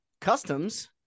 customs